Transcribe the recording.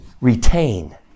retain